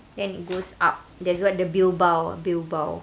then it goes up there's what the bilbao bilbao